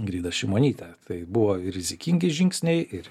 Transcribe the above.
ingrida šimonyte tai buvo rizikingi žingsniai ir